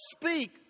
speak